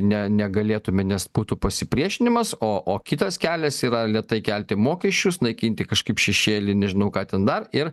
ne negalėtume nes būtų pasipriešinimas o o kitas kelias yra lėtai kelti mokesčius naikinti kažkaip šešėlį nežinau ką ten dar ir